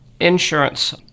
insurance